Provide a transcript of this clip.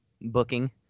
booking